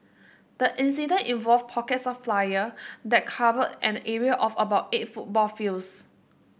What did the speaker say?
the incident involved pockets of fire that covered an area of about eight football fields